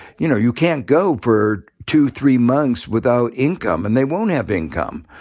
you know, you can't go for two, three months without income, and they won't have income.